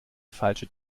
falsche